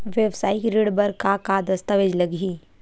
वेवसायिक ऋण बर का का दस्तावेज लगही?